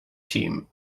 team